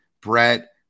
brett